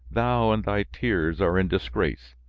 thou and thy tears are in disgrace.